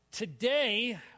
Today